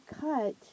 cut